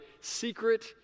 secret